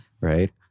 right